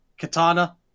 Katana